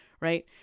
right